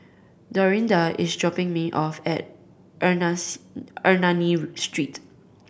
Dorinda is dropping me off at Ernani Street